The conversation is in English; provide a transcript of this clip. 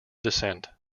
descent